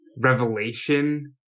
Revelation